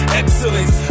excellence